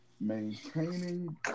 Maintaining